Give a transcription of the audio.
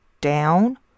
down